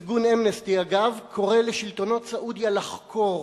ארגון "אמנסטי", אגב, קורא לשלטונות סעודיה לחקור.